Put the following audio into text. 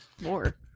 more